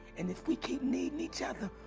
and if we keep needing each other,